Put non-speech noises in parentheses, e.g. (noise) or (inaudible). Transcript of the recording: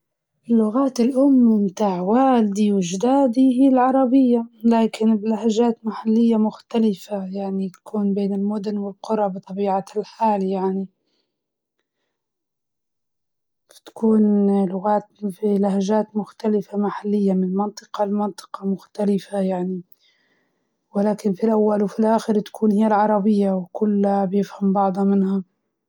أمي و أبوي كانوا يتكلموا باللهجة العربية ليبية، (hesitation) و أجدادي كانوا يتكلموا نفس الشيء، وبعضهم يعني كانوا يتكلموا باللهجة الإيطالية.